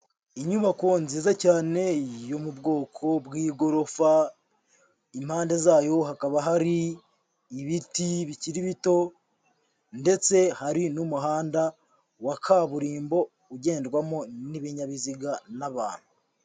Inyubako nziza cyane yo mu bwoko bw'igorofa, impande zayo hakaba hari ibiti bikiri bito ndetse hari n'umuhanda wa kaburimbo ugendwamo n'ibinyabiziga n'abantu.